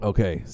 Okay